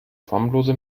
formlose